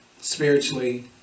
spiritually